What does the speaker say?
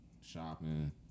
shopping